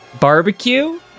Barbecue